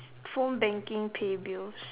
phone banking pay bills